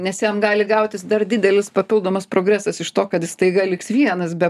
nes jam gali gautis dar didelis papildomas progresas iš to kad jis staiga liks vienas be